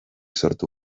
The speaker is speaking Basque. sortu